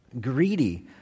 greedy